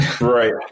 Right